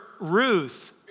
Ruth